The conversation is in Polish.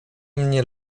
mnie